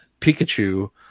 Pikachu